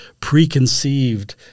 preconceived